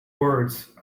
words